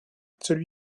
celui